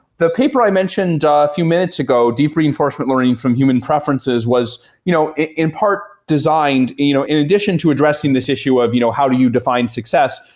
the paper i mentioned a few minutes ago, deep reinforcement learning from human preferences was you know in part designed you know in addition to addressing this issue of you know how do you define success,